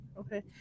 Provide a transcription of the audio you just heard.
Okay